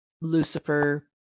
Lucifer